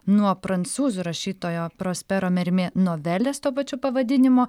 nuo prancūzų rašytojo prospero mermė novelės tuo pačiu pavadinimu